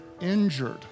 injured